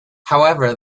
however